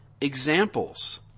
examples